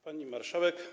Pani Marszałek!